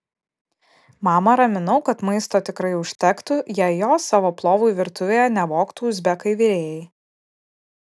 mamą raminau kad maisto tikrai užtektų jei jo savo plovui virtuvėje nevogtų uzbekai virėjai